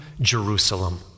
Jerusalem